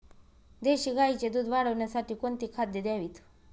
देशी गाईचे दूध वाढवण्यासाठी कोणती खाद्ये द्यावीत?